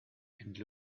and